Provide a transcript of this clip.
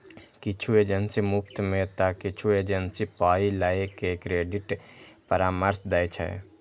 किछु एजेंसी मुफ्त मे तं किछु एजेंसी पाइ लए के क्रेडिट परामर्श दै छै